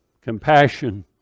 compassion